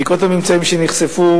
בעקבות חשיפת הממצאים,